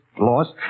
lost